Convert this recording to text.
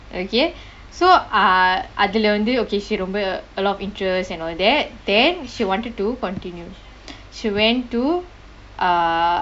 okay so uh அதுலே வந்து:athulae vanthu okay she a lot of interests and all that then she wanted to continue she went to uh